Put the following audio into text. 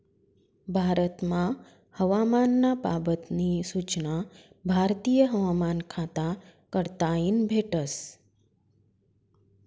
भारतमा हवामान ना बाबत नी सूचना भारतीय हवामान खाता कडताईन भेटस